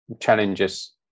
challenges